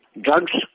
Drugs